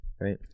right